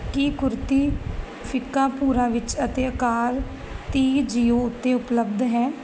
ਕੀ ਕੁਰਤੀ ਫਿੱਕਾ ਭੂਰਾ ਵਿੱਚ ਅਤੇ ਅਕਾਰ ਤੀਹ ਜੀਓ ਉੱਤੇ ਉਪਲੱਬਧ ਹੈ